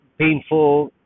painful